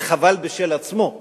זה חבל בשל עצמו,